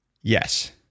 Yes